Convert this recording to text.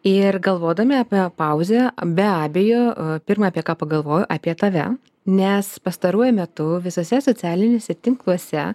ir galvodami apie pauzę be abejo pirma apie ką pagalvoju apie tave nes pastaruoju metu visuose socialiniuose tinkluose